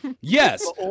Yes